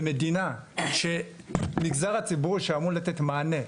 במדינה שמגזר הציבור שאמור לתת מענה,